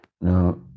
Now